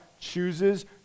chooses